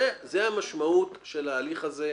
זו המשמעות של ההליך הזה.